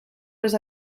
les